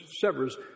severs